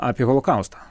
apie holokaustą